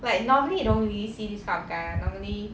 like normally you don't really see this kind of guy [one] normally